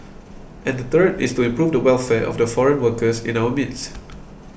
and the third is to improve the welfare of the foreign workers in our midst